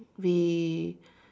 we